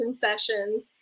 sessions